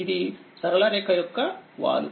ఇది సరళ రేఖ యొక్క వాలు